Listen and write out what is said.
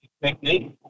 Technique